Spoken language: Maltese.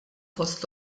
fost